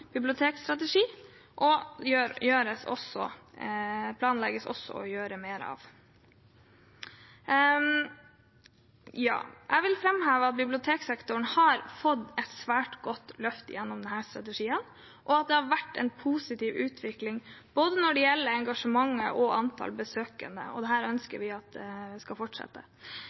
også planlegges å gjøres mer av. Jeg vil framheve at biblioteksektoren har fått et svært godt løft gjennom denne strategien, og at det har vært en positiv utvikling når det gjelder både engasjementet og antall besøkende, og dette ønsker vi at skal fortsette.